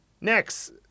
Next